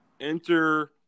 enter